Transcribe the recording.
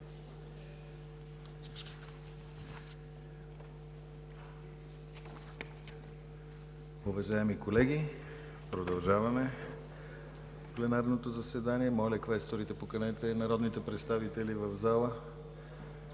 Уважаеми колеги, продължаваме пленарното заседание. Моля, квесторите, поканете народните представители в залата.